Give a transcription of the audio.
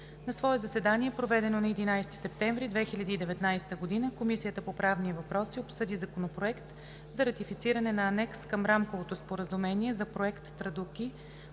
На свое заседание, проведено на 11 септември 2019 г., Комисията по правни въпроси обсъди Законопроект за ратифициране на Анекс към Рамковото споразумение за Проект